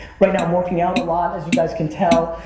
right now i'm working out a lot, as you guys can tell.